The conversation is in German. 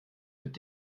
mit